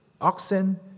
oxen